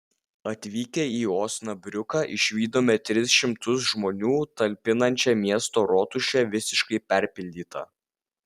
atvykę į osnabriuką išvydome tris šimtus žmonių talpinančią miesto rotušę visiškai perpildytą